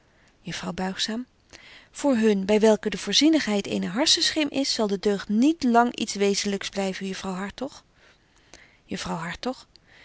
juffrouw buigzaam voor hun by welken de voorzienigheid eene harssenschim is zal de deugd niet lang iets weezenlyks blyven juffrouw hartog